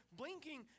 blinking